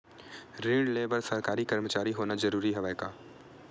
ऋण ले बर सरकारी कर्मचारी होना जरूरी हवय का?